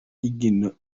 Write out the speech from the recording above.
ingorane